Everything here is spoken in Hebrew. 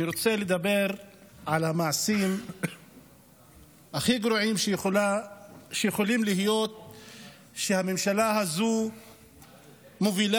אני רוצה לדבר על המעשים הכי גרועים שיכולים להיות שהממשלה הזו מובילה